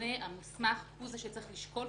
הממונה המוסמך הוא זה שצריך לשקול,